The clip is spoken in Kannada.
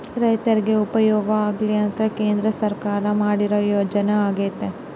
ರೈರ್ತಿಗೆ ಉಪಯೋಗ ಆಗ್ಲಿ ಅಂತ ಕೇಂದ್ರ ಸರ್ಕಾರ ಮಾಡಿರೊ ಯೋಜನೆ ಅಗ್ಯತೆ